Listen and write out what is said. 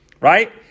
right